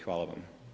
Hvala vam.